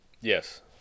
Yes